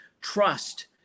trust